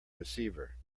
receiver